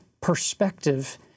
perspective